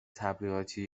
تبلیغاتی